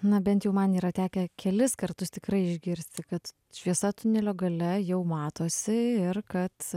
na bent jau man yra tekę kelis kartus tikrai išgirsti kad šviesa tunelio gale jau matosi ir kad